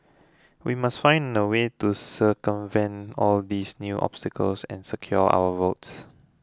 we must find a way to circumvent all these new obstacles and secure our votes